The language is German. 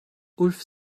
ulf